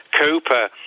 Cooper